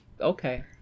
Okay